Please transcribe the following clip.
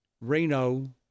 Reno